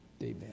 amen